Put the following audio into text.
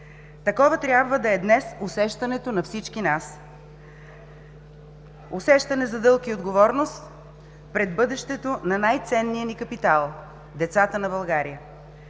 Такова трябва да е днес усещането на всички нас – усещане за дълг и отговорност пред бъдещето на най-ценния ни капитал – децата на България.